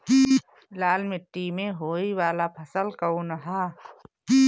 लाल मीट्टी में होए वाला फसल कउन ह?